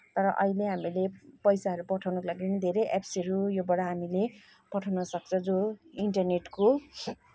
तर अहिले हामीले पैसाहरू पठाउनको लागि पनि धेरै एप्प्सहरू योबाट हामीले पठाउन सक्छ जो इन्टरनेटको